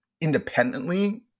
independently